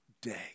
day